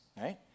right